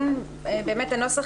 הנוסח,